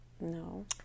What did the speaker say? No